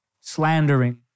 slandering